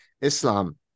Islam